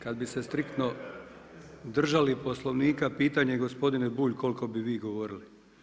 Kada bi se striktno držali Poslovnika pitanje gospodine Bulj koliko bi vi govorili.